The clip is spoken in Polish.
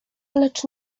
lecz